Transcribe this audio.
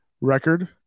record